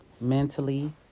mentally